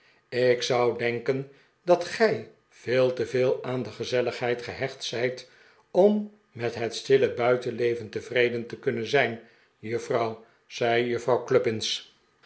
ik zou denken dat gij veel te veel aan de gezelligheid gehecht zijt om met het stille buitenleven tevreden te kunnen zijn juffrouw zei